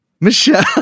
Michelle